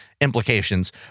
implications